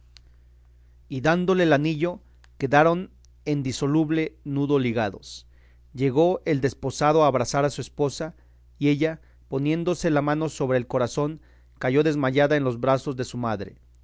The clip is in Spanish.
y dándole el anillo quedaron en disoluble nudo ligados llegó el desposado a abrazar a su esposa y ella poniéndose la mano sobre el corazón cayó desmayada en los brazos de su madre